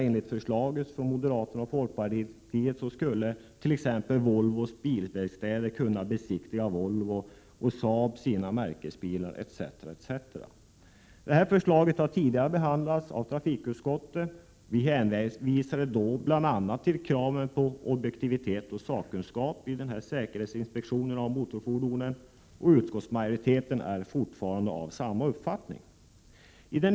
Enligt förslaget från moderaterna och folkpartiet skulle t.ex. Volvos bilverkstäder kunna besiktiga Volvo, och Saab skulle kunna besiktiga sina märkesbilar etc. Detta förslag har tidigare behandlats av trafikutskottet. Vi hänvisade då bl.a. till kraven på objektivitet och sakkunskap vid säkerhetsinspektionen av motorfordon. Utskottsmajoriteten är fortfarande av samma uppfattning.